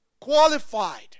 qualified